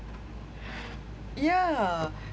yeah